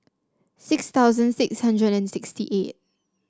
six thousand six hundred and sixty eight